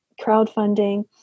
crowdfunding